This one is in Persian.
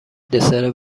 دسر